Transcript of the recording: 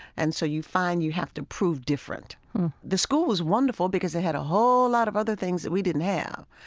and so you find you have to prove different the school was wonderful because they had a whole lot of others things that we didn't have.